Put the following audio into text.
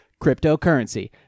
cryptocurrency